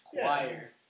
Choir